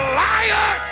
liar